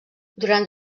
durant